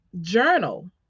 journal